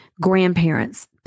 grandparents